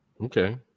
Okay